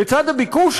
בצד הביקוש,